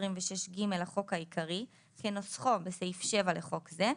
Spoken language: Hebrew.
26ג לחוק העיקרי כנוסחו בסעיף 7 לחוק זה,